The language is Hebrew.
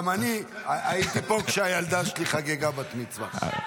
גם אני הייתי פה כשהילדה שלי חגגה בת מצווה.